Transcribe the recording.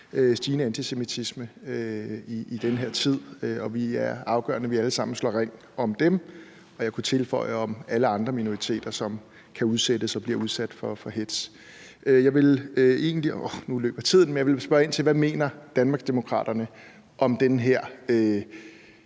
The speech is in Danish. stigende antisemitisme i den her tid. Det er afgørende, at vi alle sammen slår ring om dem og, kunne jeg tilføje, om alle andre minoriteter, som kan udsættes og bliver udsat for hetz. Jeg vil egentlig spørge ind til, hvad Danmarksdemokraterne mener